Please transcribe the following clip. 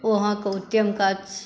ओ अहाँके उत्तम काज छियै